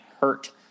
hurt